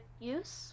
use